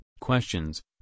Questions